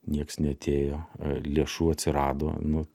nieks neatėjo lėšų atsirado nu